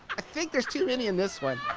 i think there's too many in this one.